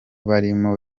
barimo